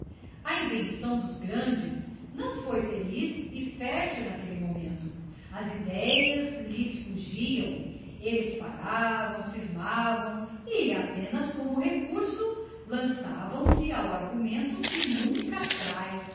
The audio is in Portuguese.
a invenção dos grandes não foi leliz e fértil naquelle momento as idéas lhes fugiam elles paravam scismavam e apenas como recurso lançavam se ao argumento que nunca tráe